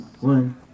one